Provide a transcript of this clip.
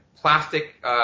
plastic –